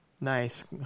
Nice